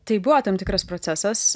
tai buvo tam tikras procesas